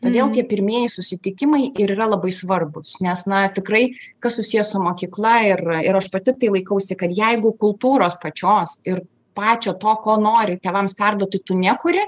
todėl tie pirmieji susitikimai ir yra labai svarbūs nes na tikrai kas susiję su mokykla ir ir aš pati tai laikausi kad jeigu kultūros pačios ir pačio to ko nori tėvams perduoti tu nekuri